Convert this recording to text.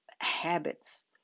habits